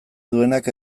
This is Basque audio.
duenak